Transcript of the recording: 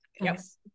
yes